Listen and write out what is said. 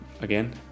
Again